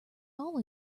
all